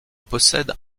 possède